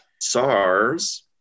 SARS